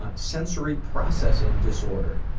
ah sensory processing disorder.